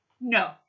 no